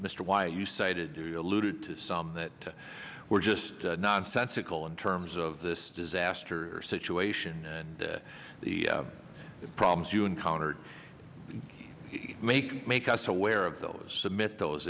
mr y you cited alluded to some that were just nonsensical in terms of this disaster situation and the problems you encountered make make us aware of those submit those